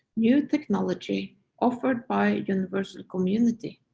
new technology offered by universal community,